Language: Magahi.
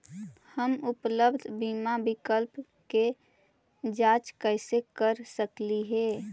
हम उपलब्ध बीमा विकल्प के जांच कैसे कर सकली हे?